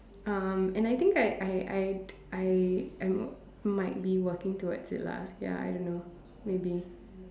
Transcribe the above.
um and I think I I I'd I I'm might might be working towards it lah ya I don't know maybe